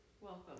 Welcome